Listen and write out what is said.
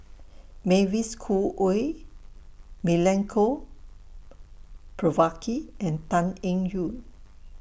Mavis Khoo Oei Milenko Prvacki and Tan Eng Yoon